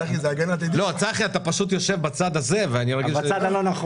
צחי אתה פשוט יושב בצד הזה ואני לא רגיל,